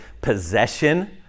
possession